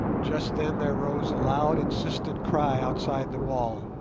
just then there rose a loud insistent cry outside the wall.